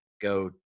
go